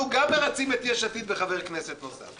אנחנו גם מְרצים את יש עתיד בחבר כנסת נוסף,